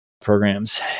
programs